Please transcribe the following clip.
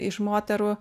iš moterų